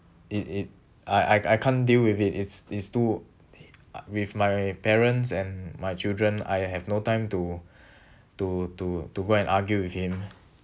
it it I I I can't deal with it it's it's too uh with my parents and my children I have no time to to to to go and argue with him